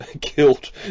killed